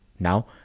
Now